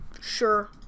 Sure